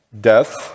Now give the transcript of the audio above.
death